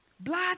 blood